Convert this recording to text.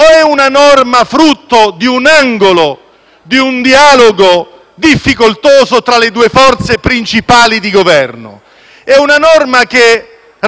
è una norma frutto di un angolo, di un dialogo difficoltoso tra le due forze principali di Governo? È una norma che